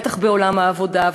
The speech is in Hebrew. בטח בעולם העבודה,